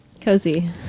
cozy